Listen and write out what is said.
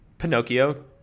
Pinocchio